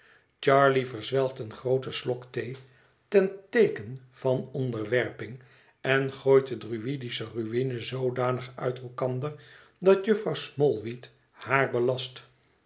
verzwelgt een grooten slok thee ten teeken van onderwerping en gooit de druïdische ruïne zoodanig uit elkander dat jufvrouw smallweed haar belast